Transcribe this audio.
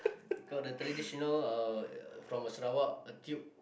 he got the traditional uh from a Sarawak tube